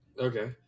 Okay